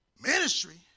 ministry